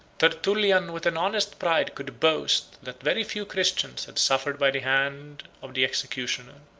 tertullian with an honest pride, could boast, that very few christians had suffered by the hand of the executioner,